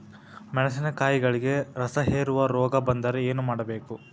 ಮೆಣಸಿನಕಾಯಿಗಳಿಗೆ ರಸಹೇರುವ ರೋಗ ಬಂದರೆ ಏನು ಮಾಡಬೇಕು?